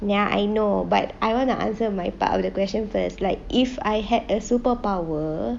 ya I know but I want to answer my part of the question first like if I had a superpower